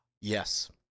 Yes